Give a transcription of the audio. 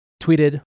tweeted